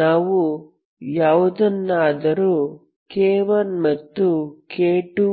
ನಾವು ಯಾವುದನ್ನಾದರೂ k1 ಮತ್ತು k2